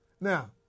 Now